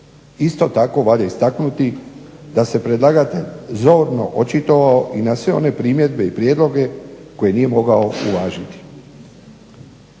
Isto tako valja istaknuti da se predlagatelj zorno očitovao i na sve one primjedbe i prijedloge koje nije mogao uvažiti.